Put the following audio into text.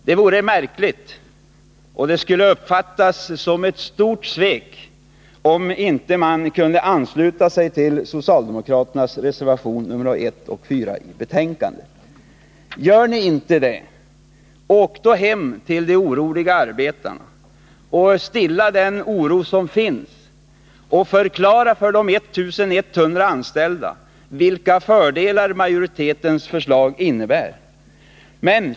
Det vore märkligt och skulle uppfattas som ett stort svek, om man inte kunde ansluta sig till socialdemokraternas reservationer nr 1 och 4. Gör ni inte det, åk då hem till arbetarna och stilla deras oro! Förklara för de 1 100 anställda vilka fördelarna är med majoritetens förslag!